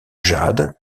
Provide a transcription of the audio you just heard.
jade